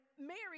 Mary